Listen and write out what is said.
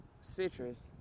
citrus